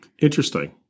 Interesting